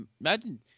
Imagine